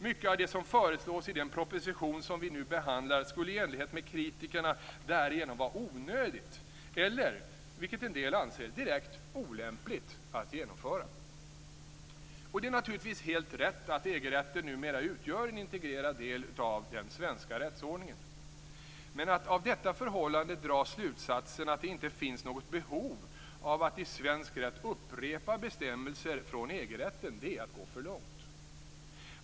Mycket av det som föreslås i den proposition som vi nu behandlar skulle enligt kritikerna därigenom vara onödigt eller, vilket en del anser, direkt olämpligt att genomföra. Och det är naturligtvis helt rätt att EG-rätten numera utgör en integrerad del av den svenska rättsordningen. Men att av detta förhållande dra slutsatsen att det inte finns något behov av att i svensk rätt upprepa bestämmelser från EG-rätten är att gå för långt.